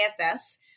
AFS